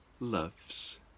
loves